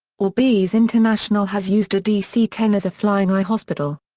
orbis international has used a dc ten as a flying eye hospital.